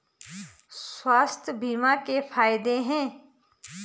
स्वास्थ्य बीमा के फायदे हैं?